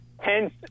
hence